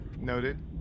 Noted